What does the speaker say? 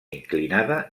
inclinada